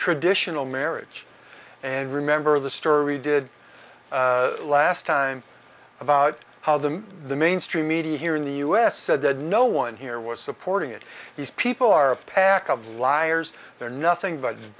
traditional marriage and remember the story did last time about how them the mainstream media here in the u s said that no one here was supporting it these people are a pack of liars they're nothing but